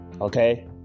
Okay